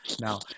now